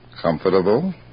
Comfortable